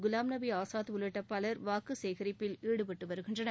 குலாம் நபி ஆசாத் உள்ளிட்ட பலர் வாக்கு சேகரிப்பில் ஈடுபட்டு வருகின்றனர்